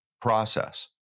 process